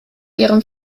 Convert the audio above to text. ihrem